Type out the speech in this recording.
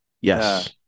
Yes